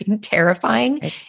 terrifying